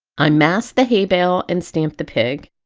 i masked the hay-bale and stamped the pig,